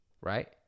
Right